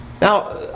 Now